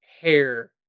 hair